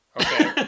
Okay